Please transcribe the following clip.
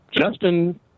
Justin